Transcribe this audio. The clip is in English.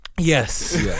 Yes